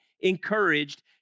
encouraged